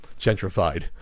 gentrified